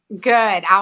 Good